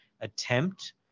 attempt